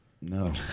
No